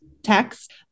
Text